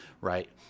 right